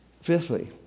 Fifthly